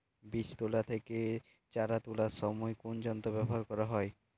বীজ তোলা থেকে চারা তোলার সময় কোন যন্ত্র ব্যবহার করা হয়?